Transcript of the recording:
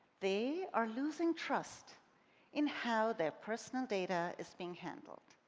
they are losing trust in how their personal data is being handled.